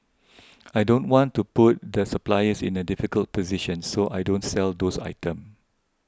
I don't want to put the suppliers in a difficult position so I don't sell those items